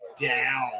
down